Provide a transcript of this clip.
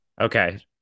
Okay